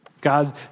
God